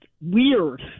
weird